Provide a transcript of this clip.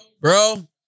Bro